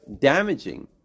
damaging